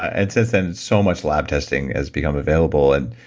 and since then, so much lab testing has become available and